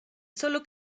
sólo